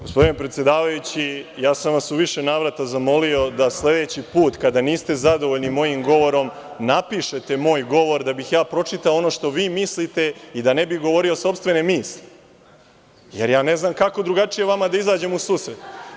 Gospodine predsedavajući, ja sam vas u više navrata zamolio da sledeći put kada niste zadovoljni mojim govorom napišete moj govor da bih ja pročitao ono što vi mislite i da ne bih govorio sopstvene misli, jer ne znam kako drugačije vama da izađem u susret.